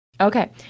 Okay